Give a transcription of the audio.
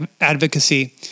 advocacy